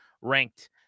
ranked